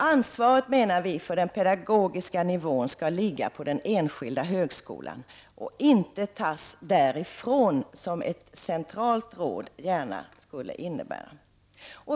Ansvaret för den pedagogiska nivån skall ligga på den enskilda högskolan och inte tas därifrån — som ett centralt råd skulle innebära.